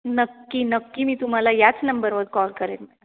नक्की नक्की मी तुम्हाला याच नंबर वर कॉल करेन